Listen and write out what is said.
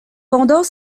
pendant